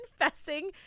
confessing